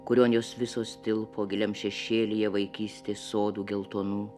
kurio ant jos visos tilpo giliam šešėlyje vaikystės sodų geltonų